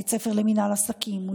כן.